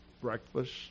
Breakfast